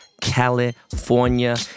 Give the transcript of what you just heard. California